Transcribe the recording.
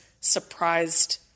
surprised